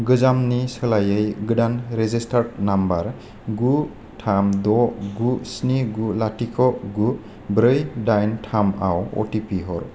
गोजामनि सोलायै गोदान रेजिस्टार्ड नाम्बार गु थाम द' गु स्नि गु लाथिख' गु ब्रै दाइन थामआव अ टि पि हर